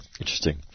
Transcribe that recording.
interesting